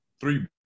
three